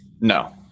No